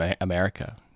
America